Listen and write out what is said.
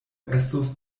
estos